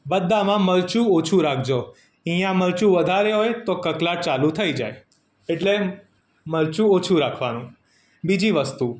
બધામાં મરચું ઓછું રાખજો અહીંયા મરચું વધારે હોય તો કકળાટ ચાલું થઈ જાય એટલે મરચું ઓછું રાખવાનું બીજી વસ્તુ